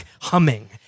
humming